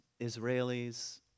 Israelis